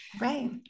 Right